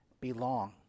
belong